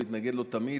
מתנגד לו תמיד.